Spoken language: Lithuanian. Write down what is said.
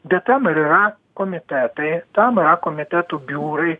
bet tam ir yra komitetai tam yra komitetų biurai